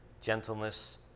gentleness